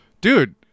Dude